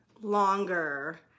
longer